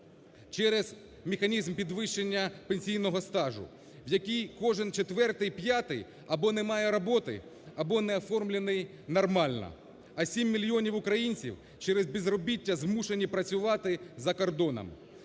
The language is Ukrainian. через механізм підвищення пенсійного стажу, в якій кожен четвертий, п'ятий або не має роботи, або не оформлений нормально, а 7 мільйонів українців через безробіття змушені працювати за кордоном.